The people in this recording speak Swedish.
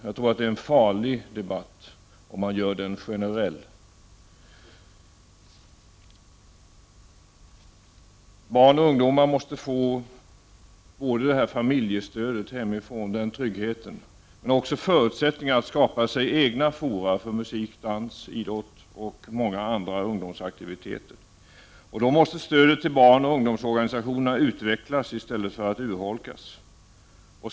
Jag tror att denna debatt är farlig om den förs generellt. Barn och ungdom måste få både stöd och trygghet i hemmet och förutsättningar att skapa egna fora för musik, dans, idrott och många andra ungdomsaktiviteter. Därför måste stödet till barnoch ungdomsorganisationer utökas i stället för att urholkas.